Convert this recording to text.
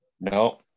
No